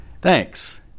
Thanks